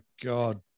God